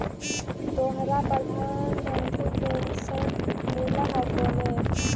तोहरा प्रधानमंत्री पेन्शन मिल हको ने?